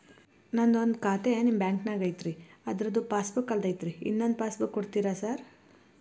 ನಂದು ಒಂದು ಖಾತೆ ನಿಮ್ಮ ಬ್ಯಾಂಕಿನಾಗ್ ಐತಿ ಅದ್ರದು ಪಾಸ್ ಬುಕ್ ಕಳೆದೈತ್ರಿ ಇನ್ನೊಂದ್ ಪಾಸ್ ಬುಕ್ ಕೂಡ್ತೇರಾ ಸರ್?